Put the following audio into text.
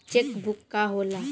Check book का होला?